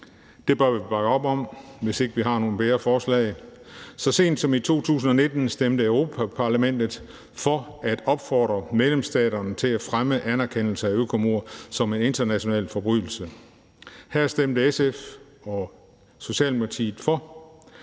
Det bør vi bakke op om, hvis ikke vi har nogle bedre forslag. Så sent som i 2019 stemte Europa-Parlamentet for at opfordre medlemsstaterne til at fremme anerkendelse af økomord som en international forbrydelse. Her stemte SF og Socialdemokratiet for,